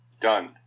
Done